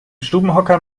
stubenhocker